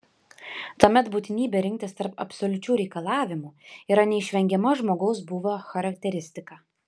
tuomet būtinybė rinktis tarp absoliučių reikalavimų yra neišvengiama žmogaus būvio charakteristika